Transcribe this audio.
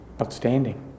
Outstanding